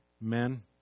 men